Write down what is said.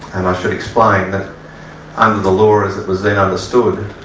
and i should explain that under the law as it was then understood,